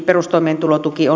perustoimeentulotukeen